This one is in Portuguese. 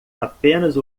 apenas